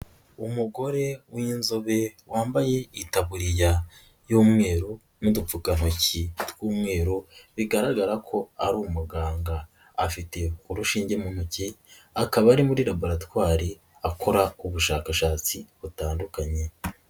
Umugore w'inzobe wambaye itaburiya y'umweru n'udupfukantoki tw'umweru, bigaragara ko ari umuganga. Afite urushinge mu ntoki, akaba ari muri laboratwari akora ubushakashatsi butandukanye.